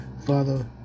Father